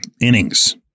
innings